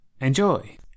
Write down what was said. Enjoy